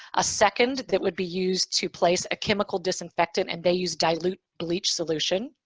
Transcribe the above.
a second that would be used to place a chemical disinfectant, and they used dilute bleach solution.